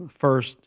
first